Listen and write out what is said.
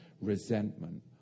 resentment